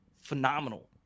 phenomenal